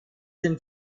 dem